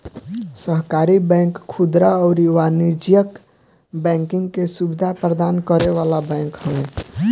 सहकारी बैंक खुदरा अउरी वाणिज्यिक बैंकिंग के सुविधा प्रदान करे वाला बैंक हवे